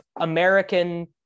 American